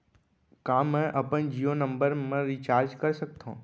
का मैं अपन जीयो नंबर म रिचार्ज कर सकथव?